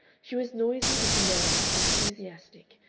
she was noisy and hilarious and enthusiastic,